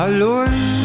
Alone